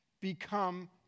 become